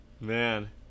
Man